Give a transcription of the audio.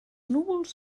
núvols